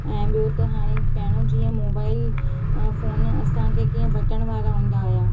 ऐं ॿियो त हाणे पहिरियों जीअं मोबाइल फ़ोन असांखे कीअं बटण वारा हूंदा हुया